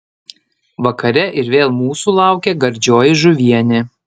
vakare ir vėl mūsų laukė gardžioji žuvienė